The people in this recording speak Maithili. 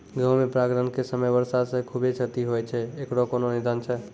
गेहूँ मे परागण के समय वर्षा से खुबे क्षति होय छैय इकरो कोनो निदान छै?